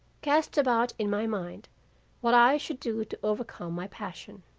cast about in my mind what i should do to overcome my passion.